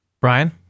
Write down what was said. brian